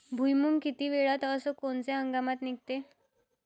भुईमुंग किती वेळात अस कोनच्या हंगामात निगते?